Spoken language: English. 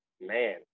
man